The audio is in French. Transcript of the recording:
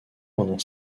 pendant